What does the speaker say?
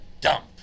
dump